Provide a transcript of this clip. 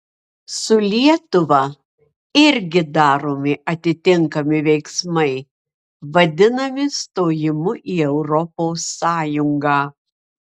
su lietuva irgi daromi atitinkami veiksmai vadinami stojimu į europos sąjungą